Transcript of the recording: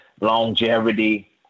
longevity